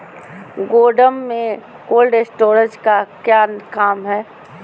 गोडम में cold storage का क्या काम है?